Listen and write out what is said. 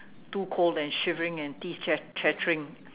too cold and shivering and teeth chat~ chattering